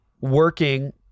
working